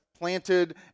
planted